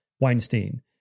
Weinstein